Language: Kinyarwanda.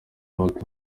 bato